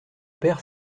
père